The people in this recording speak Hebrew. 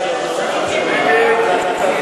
הצעת